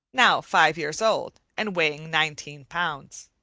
now five years old and weighing nineteen pounds.